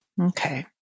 Okay